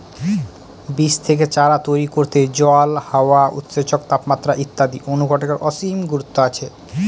বীজ থেকে চারা তৈরি করতে জল, হাওয়া, উৎসেচক, তাপমাত্রা ইত্যাদি অনুঘটকের অসীম গুরুত্ব আছে